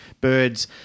birds